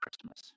Christmas